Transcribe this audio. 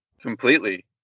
completely